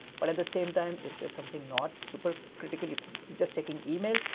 but at the same time if there's something not super critical if you're just checking email,